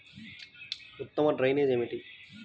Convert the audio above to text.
ఉత్తమ డ్రైనేజ్ ఏమిటి?